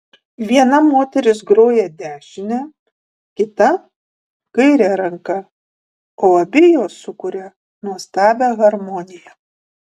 viena moteris groja dešine kita kaire ranka o abi jos sukuria nuostabią harmoniją